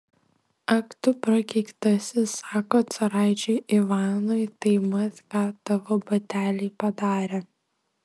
ak tu prakeiktasis sako caraičiui ivanui tai mat ką tavo bateliai padarė